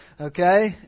Okay